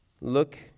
Look